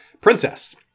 Princess